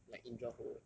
like indra ho